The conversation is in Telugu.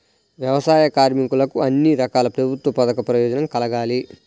వ్యవసాయ కార్మికులకు అన్ని రకాల ప్రభుత్వ పథకాల ప్రయోజనం కలగాలి